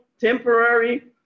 temporary